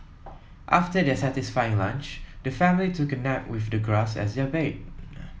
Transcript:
after their satisfying lunch the family took a nap with the grass as their bed